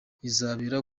izabera